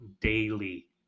daily